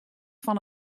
fan